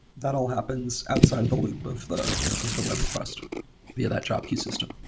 that all happens outside of the loop of the of the web request via that drop key system.